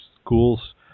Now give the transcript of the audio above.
schools